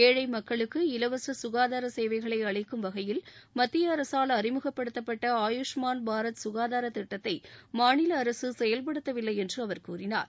ஏழை மக்களுக்கு இலவச சுகாதார சேவைகளை அளிக்கும் வகையில் மத்திய அரசால் அறிமுகப்படுத்தப்பட்ட ஆயூஷ்மான் பாரத் சுகாதாரத் திட்டத்தை மாநில அரசு செயல்படுத்தவில்லை என்று அவர் கூறினார்